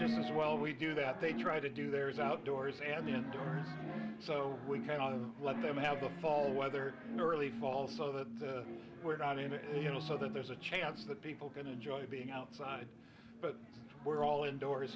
just as well we do that they try to do theirs outdoors and indoors so we can let them have the fall weather early fall so that we're not in the middle so that there's a chance that people can enjoy being outside but we're all indoors